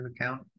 account